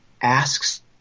asks